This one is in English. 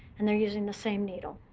and they're using the same needle,